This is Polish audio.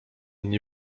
nie